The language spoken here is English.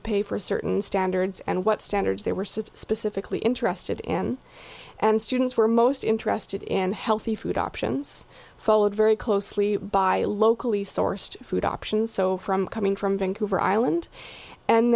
to pay for certain standards and what standards they were so specifically interested in and students were most interested in healthy food options followed very closely by locally sourced food options so from coming from vancouver island and